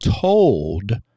told